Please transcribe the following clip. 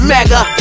Mega